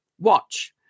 watch